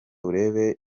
urebe